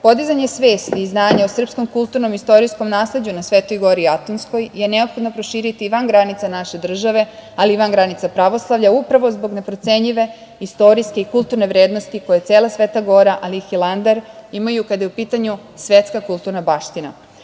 svesti i znanja o srpskom kulturnom i istorijskom nasleđu na Svetoj gori Atonskoj je neophodno proširiti i van granica naše države, ali i van granica pravoslavlja, upravo zbog neprocenjive istorijske i kulturne vrednosti koje cela Sveta gora, ali i Hilandar, imaju kada je upitanju svetska kulturna baština. Kako